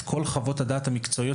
כל חוות הדעת המקצועיות,